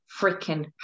freaking